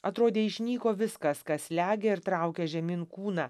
atrodė išnyko viskas kas slegia ir traukia žemyn kūną